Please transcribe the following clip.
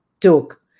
took